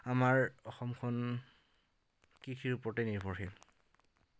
আমাৰ অসমখন কৃষিৰ ওপৰতে নিৰ্ভৰশীল